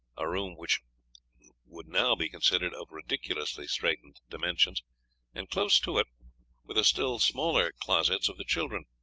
a room which would now be considered of ridiculously straitened dimensions and close to it were the still smaller closets of the children.